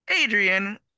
adrian